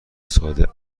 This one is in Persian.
ساده